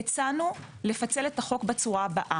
הצענו לפצל את החוק בצורה הבאה: